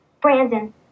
Brandon